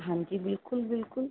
ਹਾਂਜੀ ਬਿਲਕੁਲ ਬਿਲਕੁਲ